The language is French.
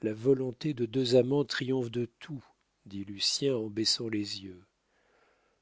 la volonté de deux amants triomphe de tout dit lucien en baissant les yeux